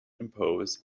impose